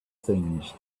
things